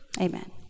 Amen